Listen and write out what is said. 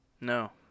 No